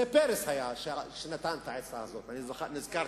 זה היה פרס שנתן את העצה הזאת, עכשיו נזכרתי,